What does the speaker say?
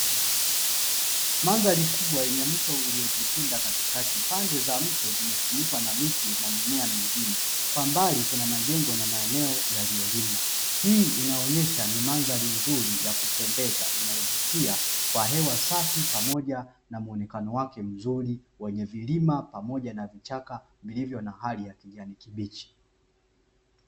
Madhari kubwa yenye mto uliojipinda katikati, pande za mto zimefunikwa na miti na mimea mingine, kwa mbali kuna jengo na maeneo yaliolimwa, hii inaonyesha ni mandhari nzuri ya kupendeza inayovutia kwa hewa safi na muonekano wake mzuri wenye vilima pamoja na vichaka vilivyo na hali ya kijani kibichi.